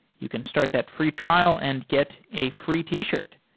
you can start that free trial and get a free t-shirt.